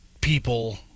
people